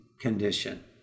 condition